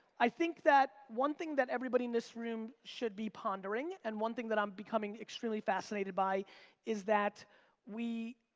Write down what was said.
i think that one thing that everybody in this room should be pondering and one thing that i'm becoming extremely fascinated by is that we,